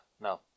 no